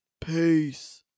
Peace